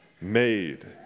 made